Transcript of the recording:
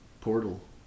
portal